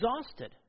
exhausted